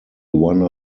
one